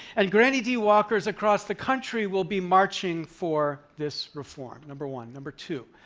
and granny d walkers across the country will be marching for this reform. number one. number two,